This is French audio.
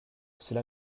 cela